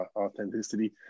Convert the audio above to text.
authenticity